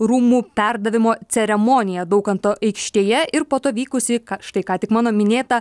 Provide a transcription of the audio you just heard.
rūmų perdavimo ceremoniją daukanto aikštėje ir po to vykusį štai ką tik mano minėtą